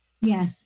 Yes